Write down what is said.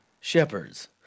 shepherds